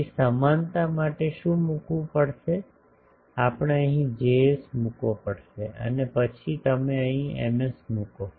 તેથી સમાનતા માટે શું મૂકવું પડશે આપણે અહીં Js મૂકવો પડશે અને પછી તમે અહીં Ms મુકો